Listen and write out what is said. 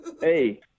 Hey